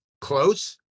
Close